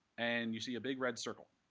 and you see a big red circle.